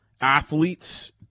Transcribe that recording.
athletes